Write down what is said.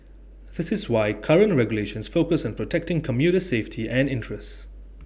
this is why current regulations focus on protecting commuter safety and interests